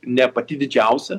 ne pati didžiausia